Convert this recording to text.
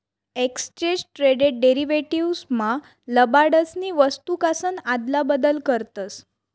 exchange traded derivatives मा लबाडसनी वस्तूकासन आदला बदल करतस